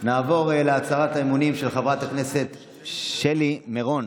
נעבור להצהרת אמונים של חברת הכנסת שלי מירון.